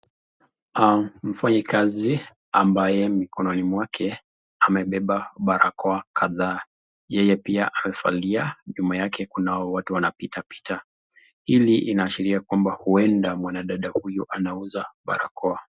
Mfanyikazi ambaye mikononi mwake amebeba barakoa kadhaa. Yeye pia amevalia. Nyuma yake kuna watu wanapitapita. Hili inaashiria kwamba huenda mwanadada huyu anauza barakoa.